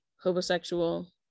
homosexual